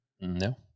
no